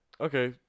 Okay